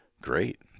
great